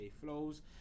flows